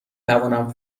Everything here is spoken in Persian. توانم